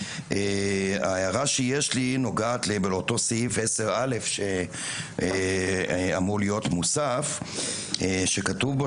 ההערה שיש לי נוגעת לאותו סעיף 10א שאמור להיות מוסף שכתוב בו